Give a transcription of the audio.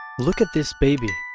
look at this baby.